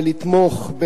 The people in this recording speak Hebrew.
ולתמוך.